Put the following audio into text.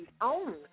own